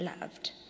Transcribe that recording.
loved